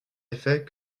effet